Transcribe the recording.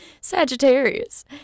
Sagittarius